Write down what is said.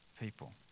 people